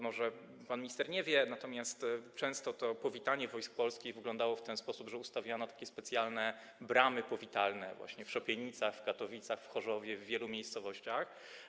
Może pan minister nie wie, że często powitanie wojsk polskich wyglądało w ten sposób, że ustawiano takie specjalne bramy powitalne w Szopienicach, w Katowicach, w Chorzowie, w wielu miejscowościach.